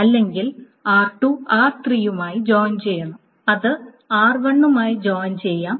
അല്ലെങ്കിൽ r2 r3 മായി join ചെയ്യണം അത് r1 മായി ജോയിൻ ചെയ്യാം